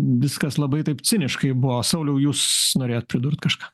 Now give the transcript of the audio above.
viskas labai taip ciniškai buvo sauliau jūs norėjot pridurt kažką